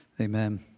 Amen